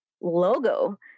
logo